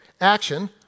Action